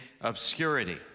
obscurity